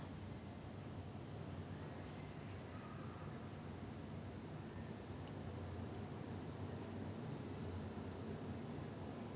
ya like the the the weirder thing about him also is like he doesn't in my opinion take method acting too far like you know jared performance in the suicide squad joker